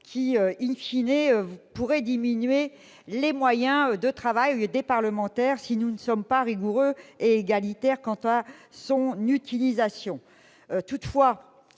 qui pourraient diminuer les moyens de travail des parlementaires si nous ne sommes pas rigoureux et égalitaires quant à l'utilisation